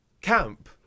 camp